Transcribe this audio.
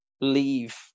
leave